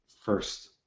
first